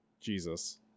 Jesus